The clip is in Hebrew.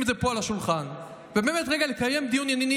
לשים את זה פה על השולחן ובאמת רגע לקיים דיון ענייני,